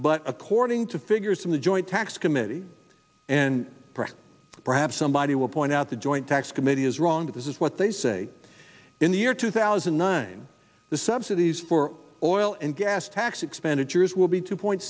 but according to figures from the joint tax committee and perhaps perhaps somebody will point out the joint tax committee is wrong but this is what they say in the year two thousand and nine the subsidies for oil and gas tax expenditures will be two point